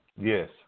Yes